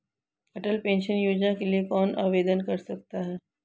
अटल pension Yojana के लिए कौन आवेदन कर सकता है?